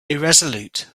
irresolute